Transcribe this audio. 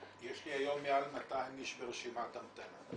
י שלי היום מעל 200 איש ברשימת המתנה.